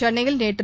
சென்னையில் நேற்று